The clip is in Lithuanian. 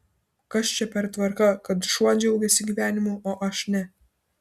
kas čia per tvarka kad šuo džiaugiasi gyvenimu o aš ne